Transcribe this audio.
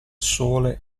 sole